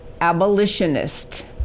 abolitionist